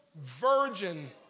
virgin